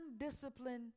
undisciplined